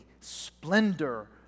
splendor